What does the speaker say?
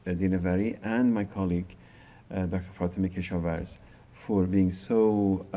and dinavari and my colleague dr. fatemeh keshavarz for being so,